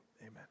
amen